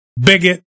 bigot